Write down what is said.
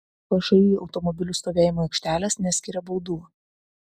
všį automobilių stovėjimo aikštelės neskiria baudų